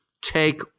take